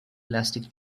elastic